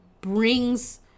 brings